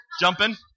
Jumping